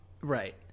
Right